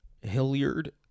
Hilliard